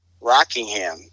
Rockingham